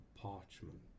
parchment